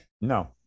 No